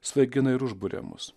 svaigina ir užburia mus